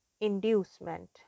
inducement